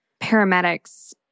paramedics